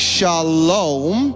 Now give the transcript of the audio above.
Shalom